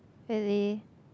really